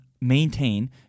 maintain